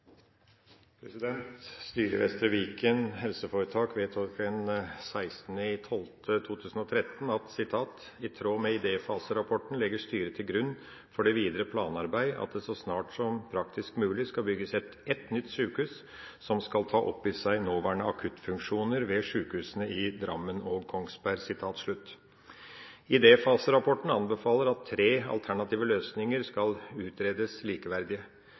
grunn for det videre planarbeidet at det så snart som praktisk mulig skal bygges et nytt sykehus som skal ta opp i seg nåværende akuttfunksjoner ved sykehusene i Drammen og Kongsberg.» Idéfaserapporten anbefaler at tre alternative løsninger skal utredes